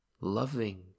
Loving